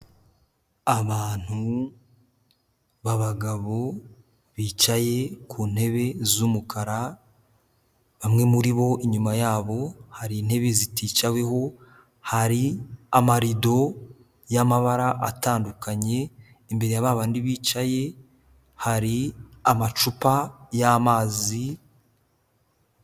Abantu b'abagabo, bicaye ku ntebe z'umukara bamwe muri bo inyuma yabo hari intebe ziticaweho, hari amarido y'amabara atandukanye imbere ya babandi bicaye hari amacupa y'amazi.